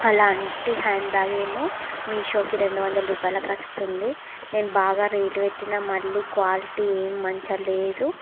అలాంటి హ్యాండ్బ్యాగ్ ఏమో మీషోకి రెండు వందల రూపాయలకి వస్తుంది నేను బాగా రేటు పెట్టినా మళ్ళీ క్వాలిటీ ఏం మంచిగా లేదు